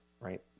right